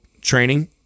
training